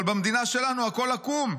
אבל במדינה שלנו הכול עקום.